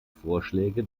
vorschläge